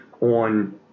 on